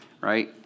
right